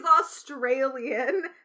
Australian